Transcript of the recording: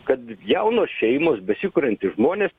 kad jaunos šeimos besikuriantys žmonės